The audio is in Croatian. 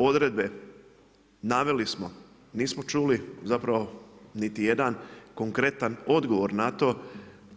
Odredbe, naveli smo, nismo čuli, zapravo niti jedan konkretan odgovor na to,